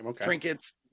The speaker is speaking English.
trinkets